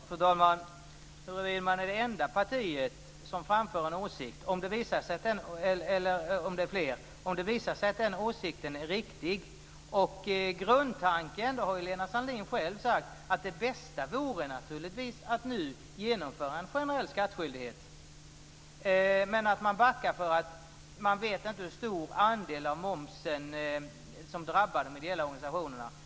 Fru talman! Lena Sandlin-Hedman säger att vi är det enda partiet som framför denna åsikt, men den kan visa sig vara riktig. Lena Sandlin-Hedman har ju själv sagt att det bästa vore att nu genomföra en generell skattskyldighet, men att man backar därför att man inte vet hur stor andel av momsen som drabbar de ideella organisationerna.